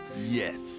Yes